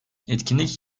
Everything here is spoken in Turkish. etkinlik